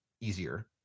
easier